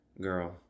girl